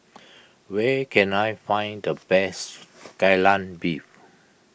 where can I find the best Kai Lan Beef